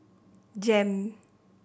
JEM